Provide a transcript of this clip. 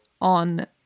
on